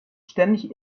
ständig